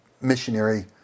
missionary